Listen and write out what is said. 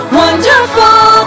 wonderful